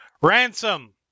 Ransom